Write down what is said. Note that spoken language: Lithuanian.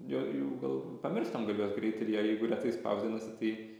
jau jų gal pamirštam gal juos greit ir jie jeigu retai spausdinasi tai